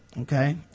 Okay